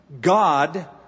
God